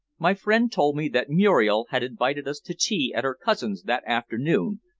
my friend told me that muriel had invited us to tea at her cousin's that afternoon,